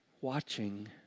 watching